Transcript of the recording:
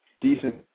decent